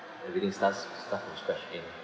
everything starts starts from scratch again